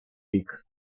рік